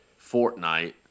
Fortnite